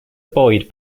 boyd